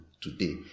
today